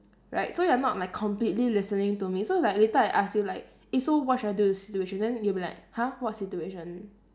right so you're not like completely listening to me so like later I ask you like eh so what should I do in the situation then you'll be like !huh! what situation